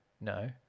No